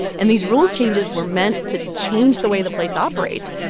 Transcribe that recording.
and these rule changes were meant to change the way the place operates.